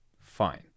Fine